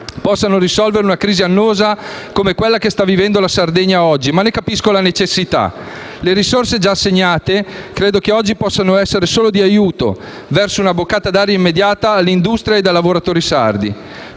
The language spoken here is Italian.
possano risolvere una crisi annosa come quella che sta vivendo la Sardegna oggi, ma ne capisco la necessità. Le risorse già assegnate credo che oggi possano essere solo di aiuto e rappresentare una boccata d'aria immediata all'industria e ai lavoratori sardi.